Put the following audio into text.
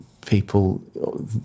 people